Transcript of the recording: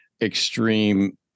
extreme